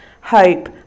hope